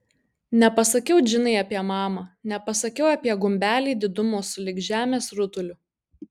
nepasakiau džinai apie mamą nepasakiau apie gumbelį didumo sulig žemės rutuliu